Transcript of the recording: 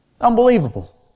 Unbelievable